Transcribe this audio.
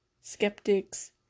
skeptics